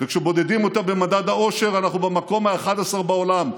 וכשמודדים אותה במדד האושר אנחנו במקום ה-11 בעולם,